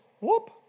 Whoop